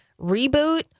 reboot